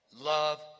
love